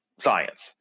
science